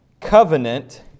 covenant